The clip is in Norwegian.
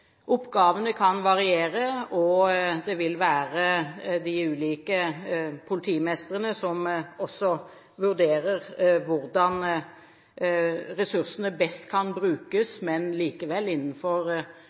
Oppgavene kan variere. Det vil være de ulike politimestrene som vurderer hvordan ressursene best kan